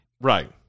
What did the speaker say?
Right